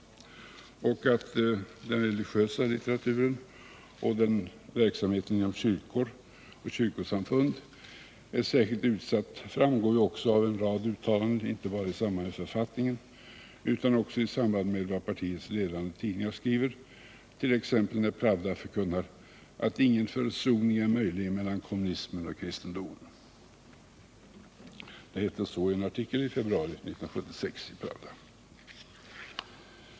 161 Att den religiösa litteraturen och verksamheten inom kyrkor och kyrkosamfund är särskilt utsatt framgår också av en rad uttalanden inte bara gjorda isamband med författningen utan också i partiets ledande tidningar, t.ex. när Pravda förkunnar att ingen försoning är möjlig mellan kommunismen och kristendomen. Det heter så i en artikel i Pravda från februari 1976.